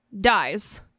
dies